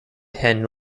hen